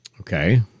Okay